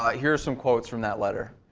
ah here are some quotes from that letter.